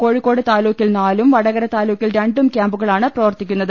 കോഴിക്കോട് താലൂക്കിൽ നാലും വടകര താലൂക്കിൽ രണ്ടും കൃാമ്പുകളാണ് പ്രവർത്തിക്കുന്നത്